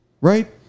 right